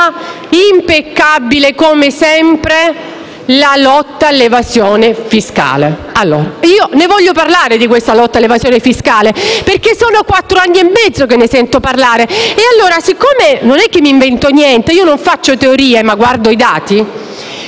impeccabile come sempre, la lotta all'evasione fiscale. Voglio parlare di questa lotta all'evasione fiscale, perché sono quattro anni e mezzo che ne sento parlare. Io non mi invento niente, non faccio teorie, esamino i dati